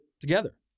together